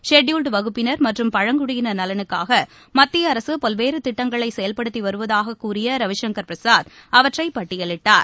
scheduled வகுப்பினர் மற்றும் பழங்குடியினர் நலனுக்காகமத்திய அரசுபல்வேறுதிட்டங்களைசெயல்படுத்திவருவதாககூறியரவிசங்கர் பிரசாத் அவற்றைபட்டியலிட்டார்